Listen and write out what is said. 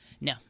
No